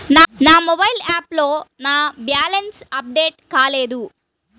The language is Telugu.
నా మొబైల్ యాప్లో నా బ్యాలెన్స్ అప్డేట్ కాలేదు